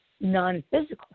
non-physical